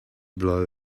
blow